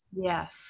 Yes